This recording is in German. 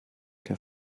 der